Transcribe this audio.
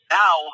now